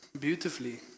beautifully